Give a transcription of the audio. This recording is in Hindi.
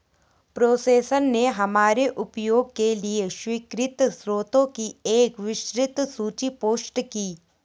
प्रोफेसर ने हमारे उपयोग के लिए स्वीकृत स्रोतों की एक विस्तृत सूची पोस्ट की